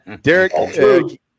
Derek